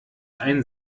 ein